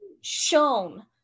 shown